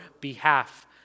behalf